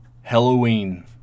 Halloween